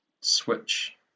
switch